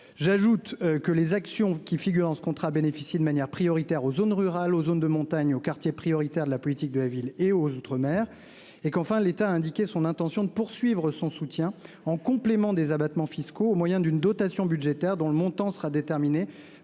J'ajoute que les actions qui figurent dans ce contrat doivent bénéficier de manière prioritaire aux zones rurales, aux zones de montagne, aux quartiers prioritaires de la politique de la ville et aux outre-mer. Par ailleurs, l'État a indiqué son intention de poursuivre son soutien, en complément des abattements fiscaux, au moyen d'une dotation budgétaire dont le montant sera déterminé